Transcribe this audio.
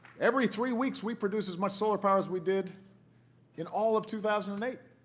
every three weeks we produce as much solar power as we did in all of two thousand and eight.